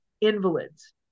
invalids